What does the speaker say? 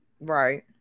right